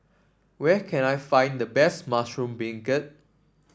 where can I find the best Mushroom Beancurd